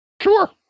Sure